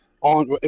on –